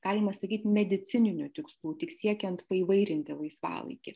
galima sakyt medicininių tikslų tik siekiant paįvairinti laisvalaikį